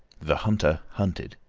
the hunter hunted